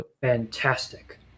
Fantastic